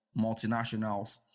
multinationals